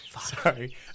Sorry